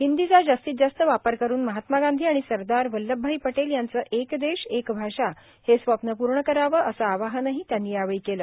हिंदीचा जास्तीत जास्त वापर करून महात्मा गांधी आणि सरदार वल्लभभाई पटेल यांचं एक देश एक भाषा हे स्वप्न पूर्ण करावं असं आवाहन त्यांनी यावेळी केलं